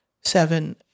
seven